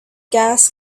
gas